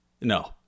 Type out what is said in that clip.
No